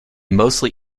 mostly